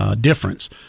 difference